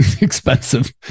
expensive